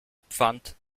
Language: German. pfand